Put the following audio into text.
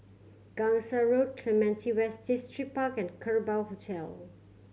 Gangsa Road Clementi West Distripark and Kerbau Hotel